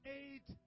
eight